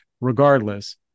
regardless